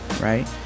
right